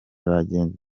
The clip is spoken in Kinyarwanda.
bagenzi